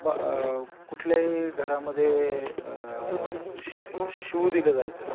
ब कुठल्याही घरामध्ये श शिवू दिलं जायचं नाही